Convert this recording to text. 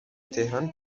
تهران